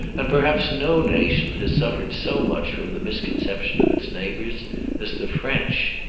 and perhaps no nation has suffered so much from the misconception of its neighbours as the french.